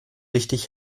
richtig